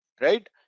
right